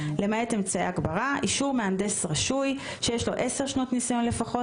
למעט אמצעי הגברה אישור מהנדס רשוי שיש לו עשר שנות ניסיון לפחות,